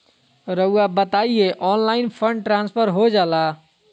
रहुआ बताइए online fund transfer हो जाला?